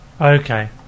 Okay